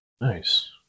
nice